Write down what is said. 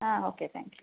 ಹಾಂ okay thank you